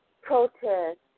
protest